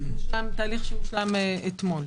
זה תהליך שהושלם אתמול.